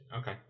okay